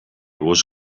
was